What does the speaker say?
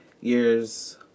years